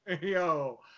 Yo